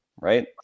right